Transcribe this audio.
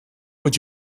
would